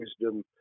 wisdom